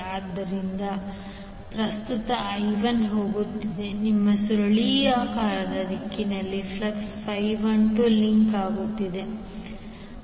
ಆದ್ದರಿಂದ ಇಲ್ಲಿ ಪ್ರಸ್ತುತ i1 ಹೋಗುತ್ತಿದೆ ನಿಮ್ಮ ಸುರುಳಿಯಾಕಾರದ ದಿಕ್ಕಿನಲ್ಲಿ ಫ್ಲಕ್ಸ್ 12ಲಿಂಕ್ ಆಗುತ್ತಿದೆ